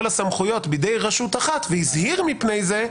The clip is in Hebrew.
הסמכויות בידי רשות אחת והזהיר מפני זה,